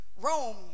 Rome